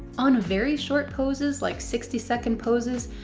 um very short poses like sixty second poses,